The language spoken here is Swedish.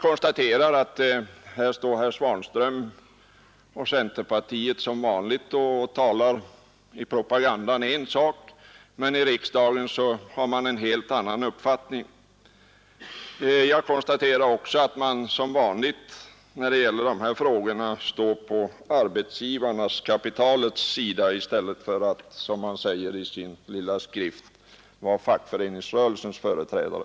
Herr Svanström och centerpartiet säger en sak i propagandan, medan man här i riksdagen har en helt annan uppfattning. Jag konstaterar också att man som vanligt när det gäller dessa frågor står på arbetsgivarnas — kapitalets — sida i stället för att, som man säger i sin lilla skrift, vara fackföreningsrörelsens företrädare.